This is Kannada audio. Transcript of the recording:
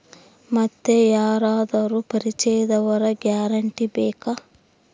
ಮತ್ತೆ ಯಾರಾದರೂ ಪರಿಚಯದವರ ಗ್ಯಾರಂಟಿ ಬೇಕಾ?